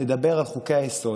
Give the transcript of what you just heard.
לדבר על חוקי-היסוד,